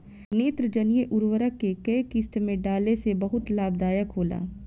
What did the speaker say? नेत्रजनीय उर्वरक के केय किस्त में डाले से बहुत लाभदायक होला?